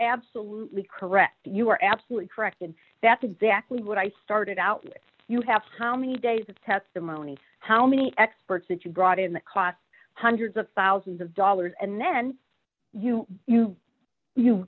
absolutely correct you're absolutely correct and that's exactly what i started out with you have how many days of testimony how many experts that you've brought in the cost hundreds of thousands of dollars and then you you you